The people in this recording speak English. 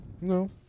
No